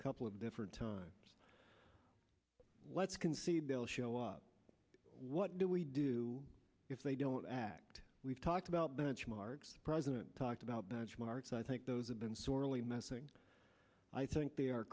a couple of different times let's concede they'll show up what do we do if they don't act we've talked about benchmarks the president talked marks i think those have been sorely missing i think they are